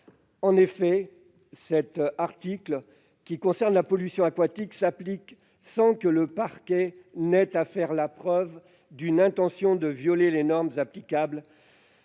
En effet, cet article, qui concerne la pollution aquatique, s'applique sans que le parquet ait à faire la preuve d'une intention de violer les normes applicables